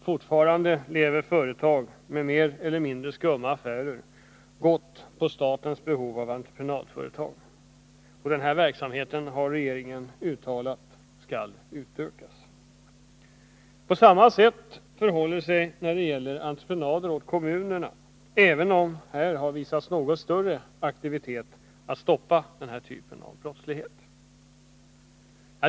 Fortfarande lever företag med mer eller mindre skumma affärer gott på statens behov av entreprenadföretag. Och regeringen har uttalat att denna verksamhet skall utökas. På samma sätt förhåller det sig när det gäller entreprenader åt kommunerna, även om det här har visats något större aktivitet för att stoppa denna typ av brottslighet.